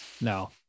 No